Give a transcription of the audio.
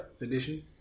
edition